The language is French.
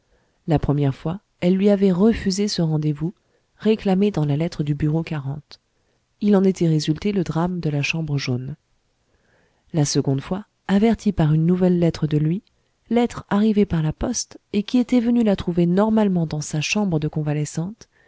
la première fois elle lui avait refusé ce rendez-vous réclamé dans la lettre du bureau il en était résulté le drame de la chambre jaune la seconde fois avertie par une nouvelle lettre de lui lettre arrivée par la poste et qui était venue la trouver normalement dans sa chambre de convalescente